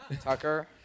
Tucker